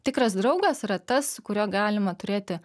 tikras draugas yra tas su kuriuo galima turėti